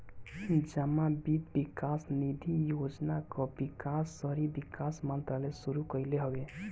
जमा वित्त विकास निधि योजना कअ विकास शहरी विकास मंत्रालय शुरू कईले हवे